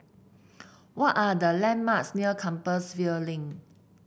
what are the landmarks near Compassvale Link